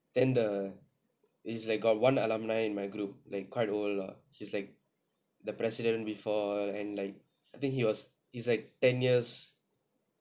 then the is like got one alumni in my group like quite old lah she's like the president before and like I think she's like ten years